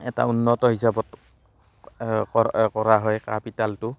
এটা উন্নত হিচাপত কৰ কৰা হয় কাঁহ পিতালটো